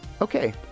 Okay